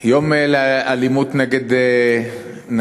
יום למאבק באלימות נגד נשים.